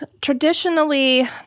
Traditionally